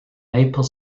maple